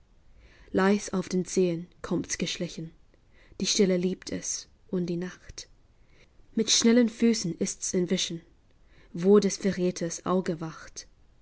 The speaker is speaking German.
leis auf den zehen kommt's geschlichen die stille liebt es und die nacht mit schnellen füßen ist's entwichen wo des verräters auge wacht